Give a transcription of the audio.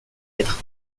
être